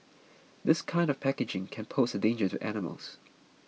this kind of packaging can pose a danger to animals